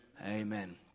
Amen